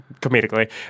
comedically